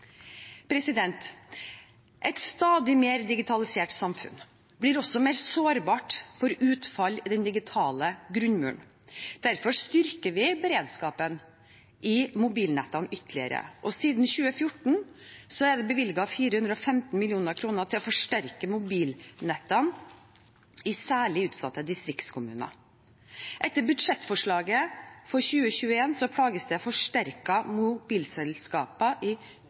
Et stadig mer digitalisert samfunn blir også mer sårbart for utfall i den digitale grunnmuren. Derfor styrker vi beredskapen i mobilnettene ytterligere. Siden 2014 er det bevilget 415 mill. kr til å forsterke mobilnettene i særlig utsatte distriktskommuner. Etter budsjettforslaget for 2021 lages det forsterket mobilnett i